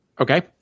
okay